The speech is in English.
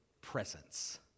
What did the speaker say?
presence